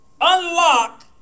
unlock